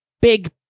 big